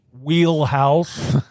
wheelhouse